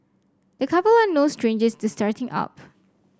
the couple are no strangers to starting up